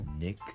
Nick